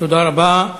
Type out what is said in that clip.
תודה רבה.